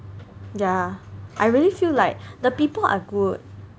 ya I really feel like the people are good